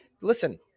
Listen